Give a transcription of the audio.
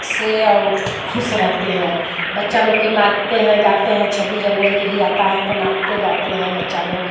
से वे खुश रहते हैं बच्चा लोग के नाचते हैं गाते हैं छब्बीस जनवरी के भी आता है तो नाचते हैं गाते हैं बच्चा लोग